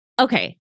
okay